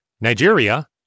Nigeria